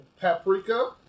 paprika